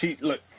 Look